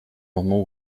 moment